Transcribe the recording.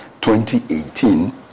2018